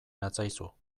natzaizu